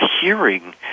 hearing